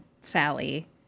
Sally